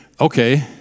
okay